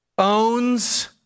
owns